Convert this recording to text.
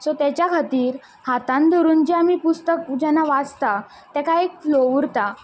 so तेच्या खातीर हातांन धरून जें आमी पुस्तक जेन्ना वाचता ताका एक फ्लो उरता